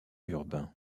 urbain